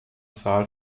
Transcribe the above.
zahl